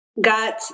got